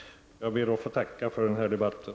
Jag ber att få tacka för den här debatten.